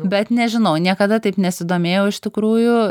bet nežinau niekada taip nesidomėjau iš tikrųjų